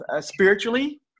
spiritually